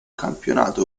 campionato